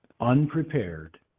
unprepared